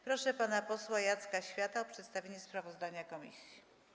Proszę pana posła Jacka Świata o przedstawienie sprawozdania komisji.